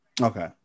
Okay